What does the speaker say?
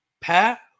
Pat